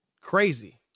crazy